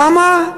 למה?